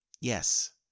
Yes